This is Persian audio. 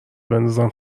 بندازم